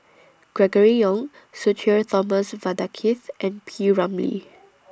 Gregory Yong Sudhir Thomas Vadaketh and P Ramlee